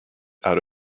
out